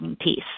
piece